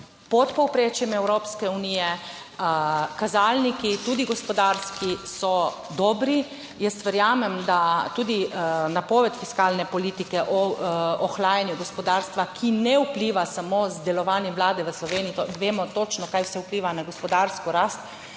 pod povprečjem Evropske unije, kazalniki, tudi gospodarski, so dobri. Jaz verjamem, da tudi napoved fiskalne politike o ohlajanju gospodarstva, ki ne vpliva samo z delovanjem Vlade v Sloveniji, vemo točno, kaj vse vpliva na gospodarsko rast